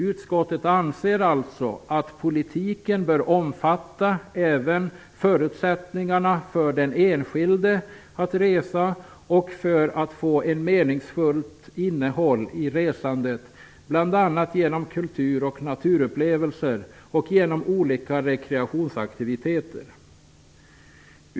Utskottet anser alltså att politiken bör omfatta även förutsättningarna för den enskilde att resa och få ett meningsfullt innehåll i resandet, bl.a. genom kulturoch naturupplevelser och olika rekreationsaktiviteter.